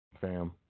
Fam